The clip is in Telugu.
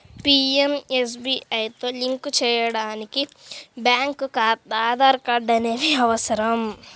పీయంఎస్బీఐతో లింక్ చేయడానికి బ్యేంకు ఖాతా, ఆధార్ కార్డ్ అనేవి అవసరం